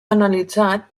analitzat